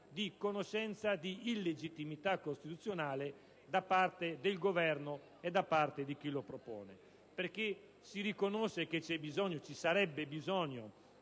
di conoscenza di illegittimità costituzionale da parte del Governo e di chi lo propone, perché si riconosce che ci sarebbe bisogno